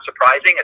surprising